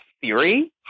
theory